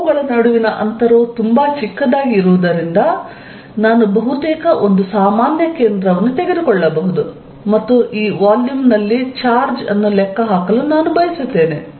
ಅವುಗಳ ನಡುವಿನ ಅಂತರವು ತುಂಬಾ ಚಿಕ್ಕದಾಗಿ ಇರುವುದರಿಂದ ನಾನು ಬಹುತೇಕ ಒಂದು ಸಾಮಾನ್ಯ ಕೇಂದ್ರವನ್ನು ತೆಗೆದುಕೊಳ್ಳಬಹುದು ಮತ್ತು ಈ ವಾಲ್ಯೂಮ್ ನಲ್ಲಿ ಚಾರ್ಜ್ ಅನ್ನು ಲೆಕ್ಕಹಾಕಲು ನಾನು ಬಯಸುತ್ತೇನೆ